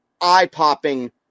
eye-popping